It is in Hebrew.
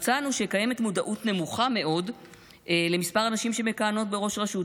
מצאנו שקיימת מודעות נמוכה מאוד למספר הנשים שמכהנות בראש רשות.